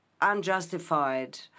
unjustified